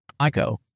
Ico